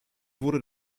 wurde